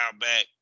back